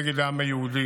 נגד העם היהודי,